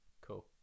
Cool